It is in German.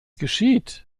geschieht